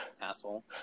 Asshole